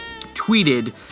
tweeted